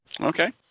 Okay